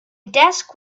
desk